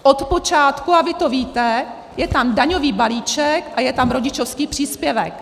Od počátku, a vy to víte, je tam daňový balíček a je tam rodičovský příspěvek.